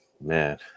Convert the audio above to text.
man